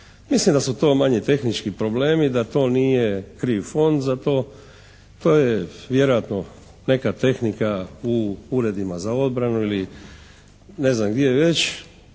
Mislim da su to manje tehnički problemi, da to nije kriv Fond za to. To je vjerojatno neka tehnika u uredima za obranu ili neznam gdje već,